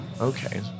Okay